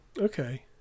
Okay